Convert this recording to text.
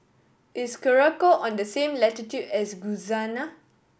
is Curacao on the same latitude as